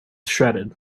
shredded